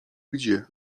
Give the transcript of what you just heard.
gdzie